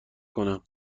کنم